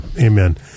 amen